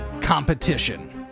competition